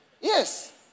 yes